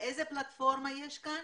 איזה פלטפורמה יש כאן?